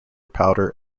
powder